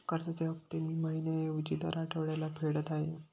कर्जाचे हफ्ते मी महिन्या ऐवजी दर आठवड्याला फेडत आहे